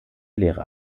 lehre